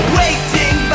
waiting